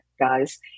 guys